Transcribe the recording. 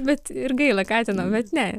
bet ir gaila katino bet ne